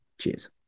cheers